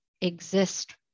exist